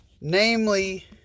namely